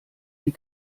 die